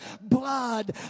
blood